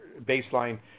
baseline